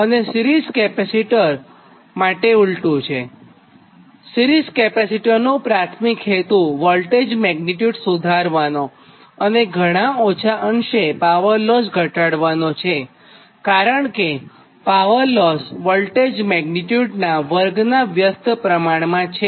અને series capacitor માટે ઊલટું છે સિરીઝ કેપેસિટરનો પ્રાથમિક હેતુ વોલ્ટેજ મેગ્નીટ્યુડ સુધારવાનો અને ઘણા ઓછા અંશે પાવરલોસ ઘટાડવાનો છેકારણ કે પાવરલોસ વોલ્ટેજ મેગ્નીટ્યુડનાં વર્ગનાં વ્યસ્ત પ્રમાણમાં છે